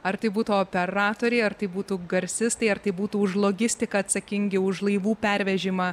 ar tai būtų operatoriai ar tai būtų garsistai ar tai būtų už logistiką atsakingi už laivų pervežimą